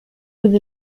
with